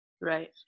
Right